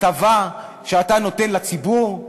הטבה שאתה נותן לציבור,